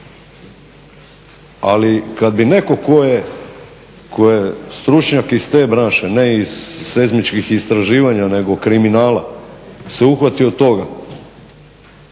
Ali kad bi netko tko je stručnjak iz te branše ne iz seizmičkih istraživanja nego kriminala se uhvatio toga,